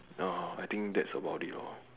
ya I think that's about it lor